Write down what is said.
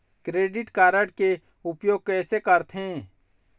Credit card के उपयोग कैसे करथे?